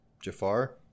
Jafar